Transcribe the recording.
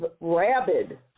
rabid